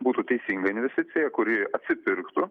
būtų teisinga investicija kuri atsipirktų